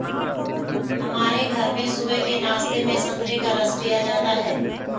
हमारे घर में सुबह के नाश्ते में संतरे का रस पिया जाता है